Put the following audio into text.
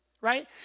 right